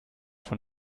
von